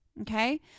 Okay